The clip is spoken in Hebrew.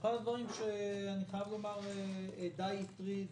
אחד הדברים שאני חייב לומר שדי הטריד